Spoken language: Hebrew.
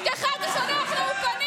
את אשתך אתה שולח לאולפנים,